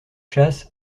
chasse